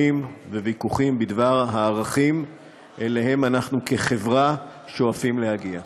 וויכוחים בדבר הערכים שאליהם אנו כחברה שואפים להגיע.